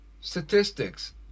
Statistics